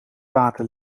water